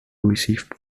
received